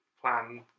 plan